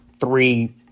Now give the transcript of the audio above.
three